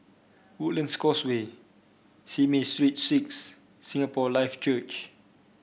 Woodlands Causeway Simei Street Six Singapore Life Church